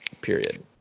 period